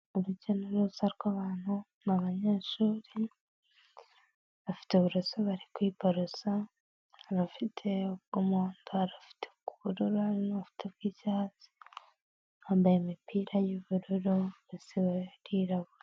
Urujya n'uruza rw'abantu n'abanyeshuri, bafite uburoso bari kwiborosa har'abafite ubw'umuhondo har'abafite ubw'ubururu hari n'abafite bw'icyatsi, bambaye imipira y'ubururu bose barirabura.